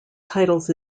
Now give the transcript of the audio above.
titles